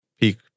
peak